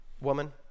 woman